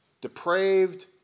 depraved